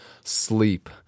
sleep